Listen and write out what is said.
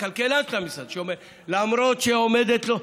והכלכלן של המשרד אומר: למרות שעומדת לו,